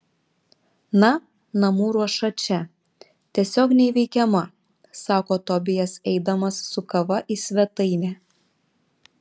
na namų ruoša čia tiesiog neįveikiama sako tobijas eidamas su kava į svetainę